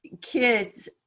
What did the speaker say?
kids